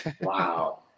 Wow